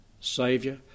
Saviour